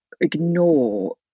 ignore